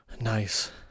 Nice